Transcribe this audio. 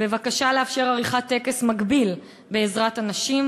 בבקשה לאפשר עריכת טקס מקביל בעזרת הנשים.